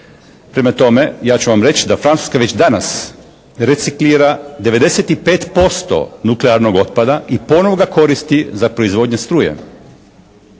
Prema tome ja ću vam reći da Francuska već danas reciklira 95% nuklearnog otpada i ponovo ga koristi za proizvodnju struje.